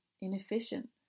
inefficient